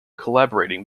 collaborating